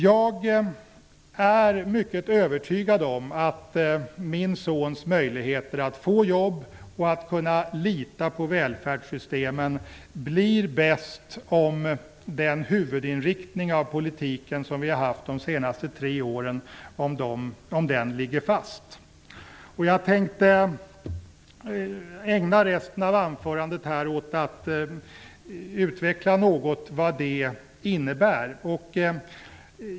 Jag är mycket övertygad om att min sons möjligheter att få jobb och lita på välfärdssystemen blir bäst om den huvudinriktning av politiken som vi har haft de senaste tre åren ligger fast. Jag tänkte ägna resten av anförandet åt att något utveckla vad det innebär.